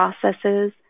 processes